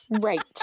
Right